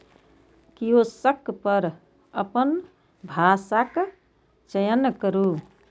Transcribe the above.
kiosk पर अपन भाषाक चयन करू